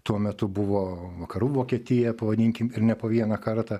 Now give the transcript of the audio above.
tuo metu buvo vakarų vokietija pavadinkim ir ne po vieną kartą